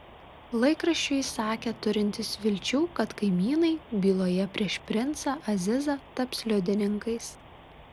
laikraščiui jis sakė turintis vilčių kad kaimynai byloje prieš princą azizą taps liudininkais